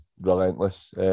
relentless